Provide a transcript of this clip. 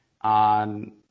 on